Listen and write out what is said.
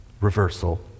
reversal